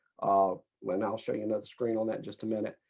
ah when i'll show you another screen on that just a minute.